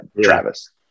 Travis